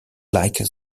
like